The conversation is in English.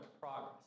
progress